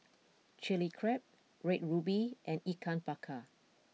Chilli Crab Red Ruby and Ikan Bakar